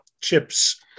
chips